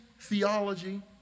theology